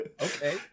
Okay